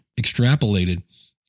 extrapolated